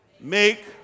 Make